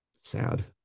Sad